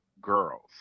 girls